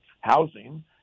housing